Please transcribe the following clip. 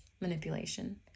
manipulation